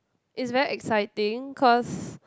it's very exciting cause